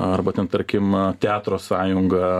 arba ten tarkim teatro sąjunga